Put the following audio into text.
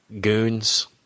goons